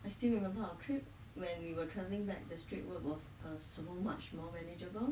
I still remember our trip when we were travelling back the straight road was a so much more manageable